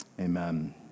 Amen